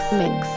mix